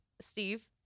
Steve